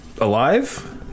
alive